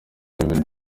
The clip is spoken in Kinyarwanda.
kevin